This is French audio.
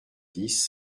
dix